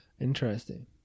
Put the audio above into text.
Interesting